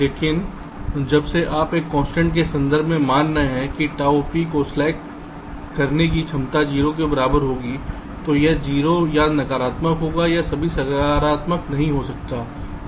लेकिन जब से आप एक कंस्ट्रेंट्स के संदर्भ में मान रहे हैं कि ताऊ पी को स्लैक करने की क्षमता 0 के बराबर होगी तो यह 0 या नकारात्मक होगा यह कभी सकारात्मक नहीं हो सकता है